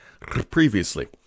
previously